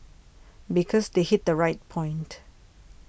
because they hit the right point